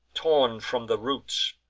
torn from the roots.